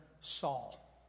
Saul